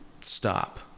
Stop